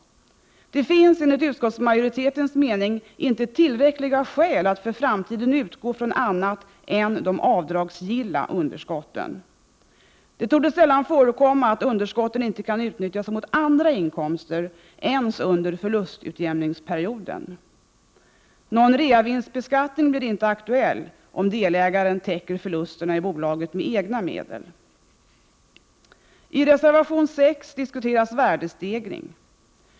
Det finns enligt utskottsmajoritetens mening inte tillräckliga skäl att för framtiden utgå från annat än de avdragsgilla underskotten. Det torde sällan förekomma att underskotten inte kan utnyttjas mot andra inkomster ens under förlustutjämningsperioden. Någon reavinstbeskattning blir inte aktuell om delägare täcker förlusterna i bolaget med egna medel. I reservation 6 diskuteras värdestegring.